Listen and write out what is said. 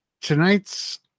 tonight's